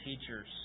teachers